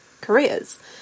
careers